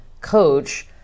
coach